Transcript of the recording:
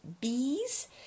bees